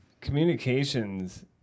communications